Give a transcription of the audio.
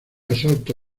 asalto